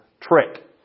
trick